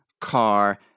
car